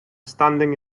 standing